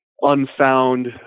unfound